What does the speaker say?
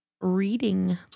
reading